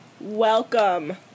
welcome